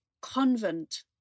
convent